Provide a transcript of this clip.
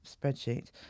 spreadsheet